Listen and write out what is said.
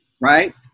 right